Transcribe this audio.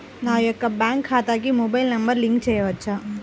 నా యొక్క బ్యాంక్ ఖాతాకి మొబైల్ నంబర్ లింక్ చేయవచ్చా?